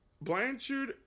Blanchard